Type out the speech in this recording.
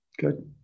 good